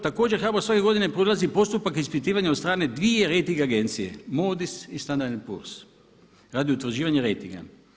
Također HBOR svake godine prolazi postupak ispitivanja od strane dvije rejting agencije, Moody's i Standard & Poor's radi utvrđivanja rejtinga.